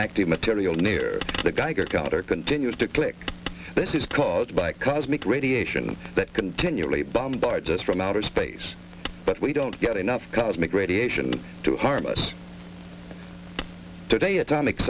radioactive material near the geiger counter continues to click this is caused by cosmic radiation that continually bombards us from outer space but we don't get enough cosmic radiation to harm us today atomic